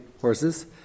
horses